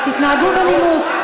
אז תתנהגו בנימוס.